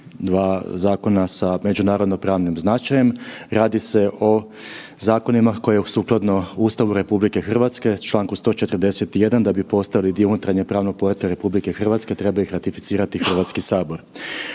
dva zakona sa međunarodno pravnim značajem. Radi se o zakonima koji sukladno Ustavu RH u čl. 141. da bi postali dio unutarnjeg pravnog poretka RH treba ih ratificirati HS. Kao